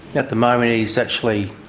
at the moment he's actually,